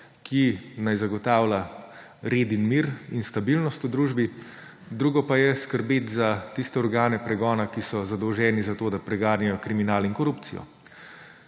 ki naj zagotavlja red in mir ter stabilnost v družbi, druga pa je skrbeti za tiste organe pregona, ki so zadolženi za to, da preganjajo kriminal in korupcijo.